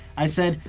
i said,